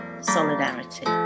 Solidarity